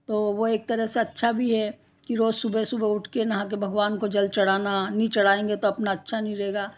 तो वो एक तरह से अच्छा भी है कि रोज़ सुबह सुबह उठ के नहा के भगवान को जल चढ़ाना नहीं चढ़ाएंगे तो अपना अच्छा नहीं रहेगा